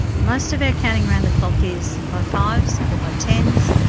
most of our counting around the clock is by five s or by ten s,